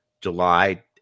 July